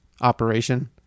operation